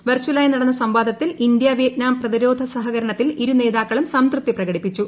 വെർചലായി നടന്ന സംവാദത്തിൽ ഇന്ത്യ വിയറ്റ്നാം പ്രതിരോധ സഹകരണത്തിൽ ഇരുനേതാക്കളും സംതൃപ്തി പ്രകടിപ്പിച്ചു